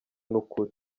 n’ukuri